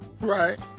Right